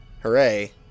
Hooray